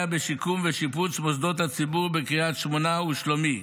בשיקום ושיפוץ מוסדות הציבור בקריית שמונה ובשלומי.